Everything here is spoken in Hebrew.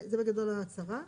זה בגדול ההצהרה,